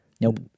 Nope